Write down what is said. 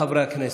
חברי הכנסת,